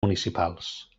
municipals